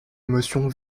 émotion